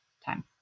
time